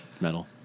metal